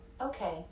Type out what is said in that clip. Okay